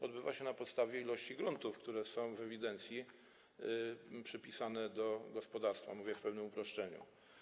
Odbywa się to na podstawie ilości gruntów, które są w ewidencji przypisane do gospodarstwa - mówię to w pewnym uproszczeniu.